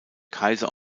kaiser